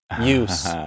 use